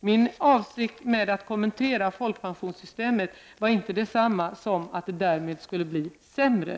Min avsikt med att kommentera folkpensionssystemet var inte att det skulle bli en försämring.